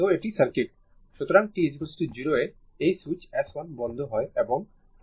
সুতরাং t 0 এ এই সুইচ S1 বন্ধ হয় এবং 4 সেকেন্ড পরে এই S2 বন্ধ হবে